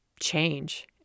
change